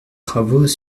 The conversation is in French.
travaux